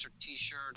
T-shirt